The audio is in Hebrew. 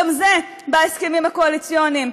גם זה בהסכמים הקואליציוניים,